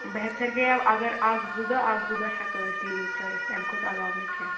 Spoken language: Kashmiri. بَہتر گٔیٛاو اگر اکھ زٕ دۅہ اکھ زٕ دۅہ ہیٚکو أسۍ لیٖو تھٲوِتھ تَمہِ کھۅتہٕ علاوٕ نہٕ کیٚنٛہہ